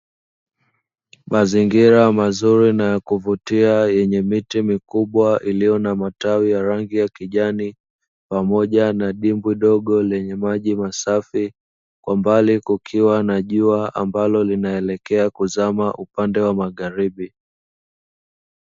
Mazingira mazuri na yakuvutia yenye miti mikubwa iliyo na matawi ya rangi ya kijani, pamoja na dimbwi dogo lenye maji masafi; kwa mbali kukiwa na jua ambalo linaelekea kuzama upande wa magharibi.